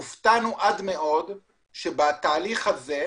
הופתענו עד מאוד שבתהליך הזה,